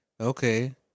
Okay